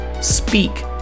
speak